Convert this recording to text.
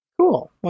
Cool